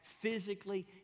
physically